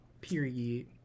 Period